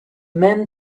men